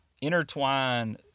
intertwine